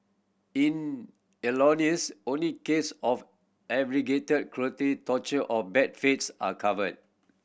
in only case of aggravated cruelty torture or bad faith are covered